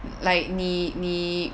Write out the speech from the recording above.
like 你你